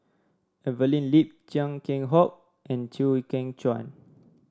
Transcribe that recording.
Evelyn Lip Chia Keng Hock and Chew Kheng Chuan